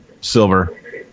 silver